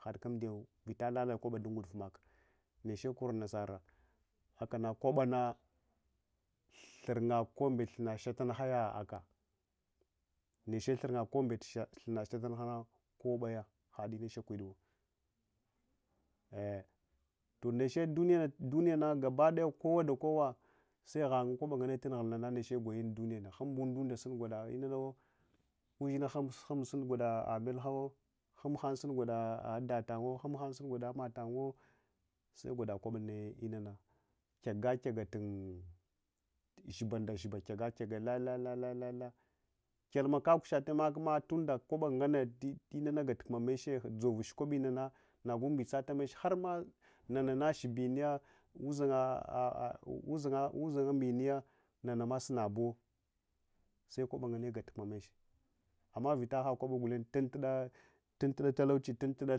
hadka amɗiyawa vitalala kwaba dun nguduf maka neche kor nasara akana kwabana thurgha kambet thunna shatun haya akah, niche thurgha kombet shatunha kobaya had ina sunkwiduw eh’ toh neche ɗuniyana naneche kowada kowa seghangun koba nganne tunahulnana neche gwayuntu duniyana ushinha humb gun gwada melhawo humb hansun gwada datanwo humb han sun gwada matangnuwo segwa da kwabanne, kyagakyaga tun shiba ndashiba kyagakyaga lalalala kyam kakushatamakma tunda kwaba nganne tu inana gatuma meche doruch kobinuna nagu mbetsatameche harma nanana shbiniya, uzaghun mbiniya nanama sunabuwa schoba nganne gatturna meche amna vita hakwabawa gulenye tuntuda takuchi tuntuda.